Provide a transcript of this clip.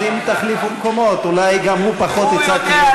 אז אם תחליפו מקומות אולי גם הוא פחות יצעק.